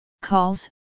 calls